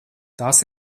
tās